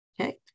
Okay